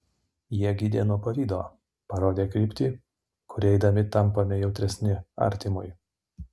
jie gydė nuo pavydo parodė kryptį kuria eidami tampame jautresni artimui